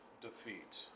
defeat